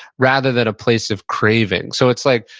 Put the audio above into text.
rather than a place of craving. so, it's like,